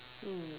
mm